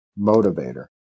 motivator